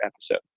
episode